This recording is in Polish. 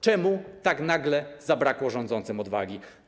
Czemu tak nagle zabrakło rządzącym odwagi?